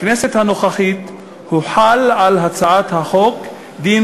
בכנסת הנוכחית הוחל על הצעת החוק דין